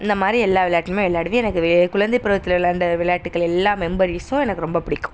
இந்தமாதிரி எல்லா விளாட்டுமே விளாடுவேன் எனக்கு வே குழந்தை பருவத்தில் விளாண்ட வெளாட்டுக்கள் எல்லாமே மெம்பரீஸும் எனக்கு ரொம்ப பிடிக்கும்